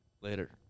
Later